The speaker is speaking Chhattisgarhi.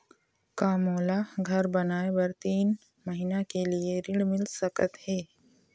का मोला घर बनाए बर तीन महीना के लिए ऋण मिल सकत हे?